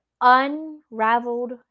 unraveled